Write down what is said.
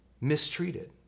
mistreated